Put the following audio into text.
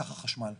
סך החשמל.